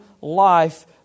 life